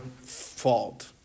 fault